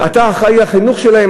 אתה אחראי לחינוך שלהם?